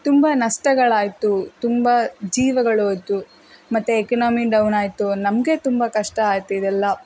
ತುಂಬ ನಷ್ಟಗಳಾಯ್ತು ತುಂಬ ಜೀವಗಳು ಹೋಯ್ತು ಮತ್ತು ಎಕ್ನಾಮಿ ಡೌನ್ ಆಯಿತು ನಮಗೇ ತುಂಬ ಕಷ್ಟ ಆಯ್ತು ಇದೆಲ್ಲ